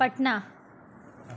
Patna